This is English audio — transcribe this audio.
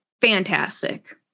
fantastic